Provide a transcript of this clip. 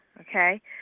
okay